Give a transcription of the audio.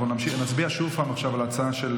נצביע עכשיו על ההצעה של